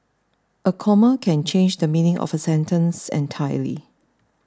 a comma can change the meaning of a sentence entirely